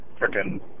freaking